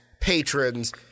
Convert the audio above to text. patrons